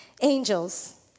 Angels